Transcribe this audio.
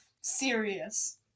serious